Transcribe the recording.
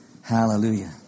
Hallelujah